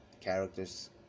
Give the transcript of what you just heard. characters